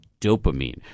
dopamine